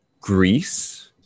Greece